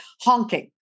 honking